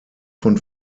von